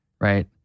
right